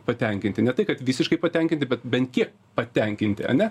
patenkinti ne tai kad visiškai patenkinti bet bent kie patenkinti ane